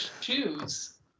shoes